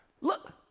Look